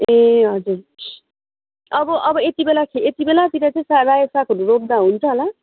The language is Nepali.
ए हजुर अब अब यति बेला यति बेलातिर चाहिँ रायो सागहरू रोप्दा हुन्छ होला